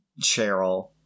Cheryl